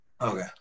okay